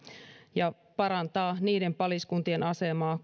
ja se parantaa korvausten saannissa niiden paliskuntien asemaa